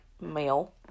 male